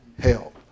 Help